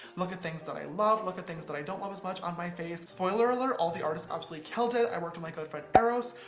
look at things that i love, look at things that i don't love as much on my face. spoiler alert, all of the artists absolutely killed it. i worked with my good friend eros,